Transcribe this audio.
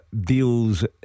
deals